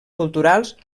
culturals